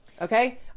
Okay